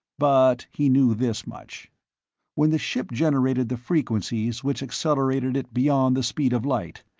but he knew this much when the ship generated the frequencies which accelerated it beyond the speed of light,